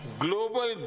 global